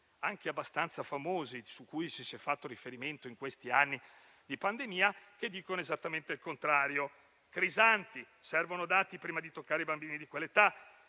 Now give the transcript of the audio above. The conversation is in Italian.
anche abbastanza famosi, cui si è fatto riferimento in questi anni di pandemia, che dicono esattamente il contrario. Crisanti dice che servono dati prima di toccare i bambini di quell'età,